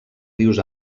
rius